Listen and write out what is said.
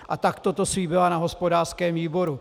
A takto to slíbila na hospodářském výboru.